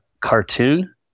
cartoon